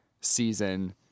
season